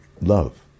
love